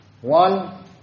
One